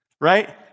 right